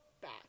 back